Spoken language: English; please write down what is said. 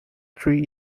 three